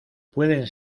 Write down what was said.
pueden